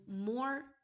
more